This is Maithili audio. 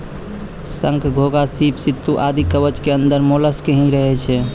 शंख, घोंघा, सीप, सित्तू आदि कवच के अंदर मोलस्क ही रहै छै